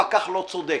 הפקח לא צודק.